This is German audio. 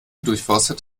durchforstet